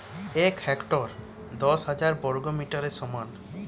এক হেক্টর দশ হাজার বর্গমিটারের সমান